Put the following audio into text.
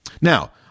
Now